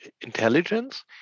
intelligence